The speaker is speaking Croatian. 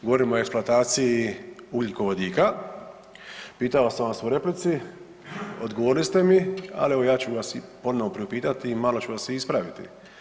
Govorimo o eksploataciji ugljikovodika, pitao sam vas u replici, odgovorili ste mi ali evo ja ću vas i ponovno priupitati, malo ću vas ispraviti.